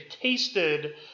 tasted